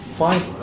fine